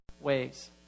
ways